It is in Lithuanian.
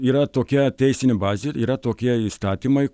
yra tokia teisinė bazė yra tokie įstatymai